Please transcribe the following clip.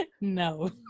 No